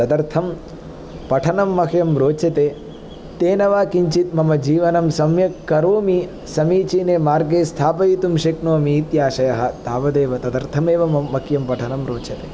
तदर्थं पठनं मह्यं रोचते तेन वा किञ्चित् मम जीवनं सम्यक् करोमि समीचीने मार्गे स्थापयितुं शक्नोमि इत्याशयः तावदेव तदर्थम् एव मम मह्यं पठनं रोचते